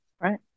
Right